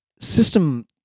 system